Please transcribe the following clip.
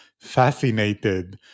fascinated